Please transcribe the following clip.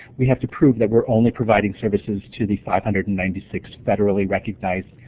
we have to prove that we're only providing services to the five hundred and ninety six federally recognized